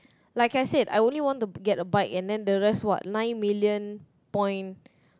like I said I only want to get a bike and then the rest what nine million point